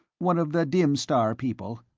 one of the dim-star people.